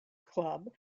club